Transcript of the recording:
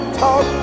talk